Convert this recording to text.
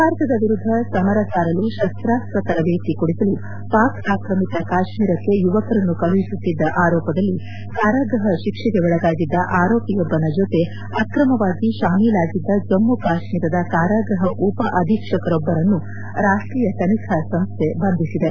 ಭಾರತದ ವಿರುದ್ಧ ಸಮರ ಸಾರಲು ಶಸ್ತ್ರಾಸ್ತ್ರ ತರಬೇತಿ ಕೊಡಿಸಲು ಪಾಕ್ ಆಕ್ರಮಿತ ಕಾಶ್ಮೀರಕ್ಕೆ ಯುವಕರನ್ನು ಕಳುಹಿಸುತ್ತಿದ್ದ ಆರೋಪದಲ್ಲಿ ಕಾರಾಗೃಪ ಶಿಕ್ಷಗೆ ಒಳಗಾಗಿದ್ದ ಆರೋಪಿಯೊಬ್ಬನ ಜೊತೆ ಆಕ್ರಮವಾಗಿ ಶಾಮೀಲಾಗಿದ್ದ ಜಮ್ಮ ಕಾಶ್ಮೀರದ ಕಾರಾಗೃಪ ಉಪ ಅಧೀಕ್ಷಕರೊಬ್ಬರನ್ನು ರಾಷ್ಟೀಯ ತನಿಖಾ ಸಂಸ್ಥೆ ಬಂಧಿಸಿದೆ